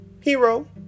hero